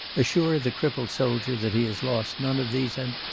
assure the crippled soldier that he has lost none of these, and